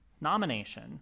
nomination